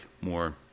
more